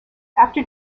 after